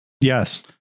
Yes